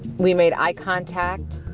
we made eye contact.